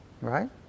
Right